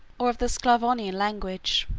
or of the sclavonian language